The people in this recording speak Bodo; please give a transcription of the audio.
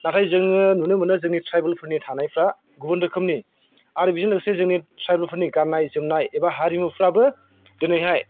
नाथाय जोङो नुनो मोनो जोंनि ट्राइबोलफोरनि थानायफ्रा गुबुन रोखोमनि आरो बिजों लोगोसे जोंनि ट्राइबोलफोरनि गाननाय जोमनाय एबा हारिमुफ्राबो दिनैहाय